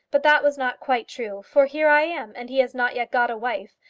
but that was not quite true, for here i am, and he has not yet got a wife.